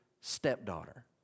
stepdaughter